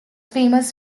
famous